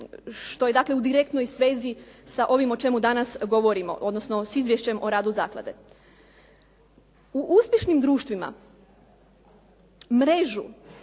dakle u direktnoj svezi sa ovim o čemu danas govorimo, odnosno s izvješćem o radu zaklade. U uspješnim društvima mrežu